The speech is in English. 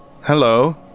hello